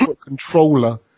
controller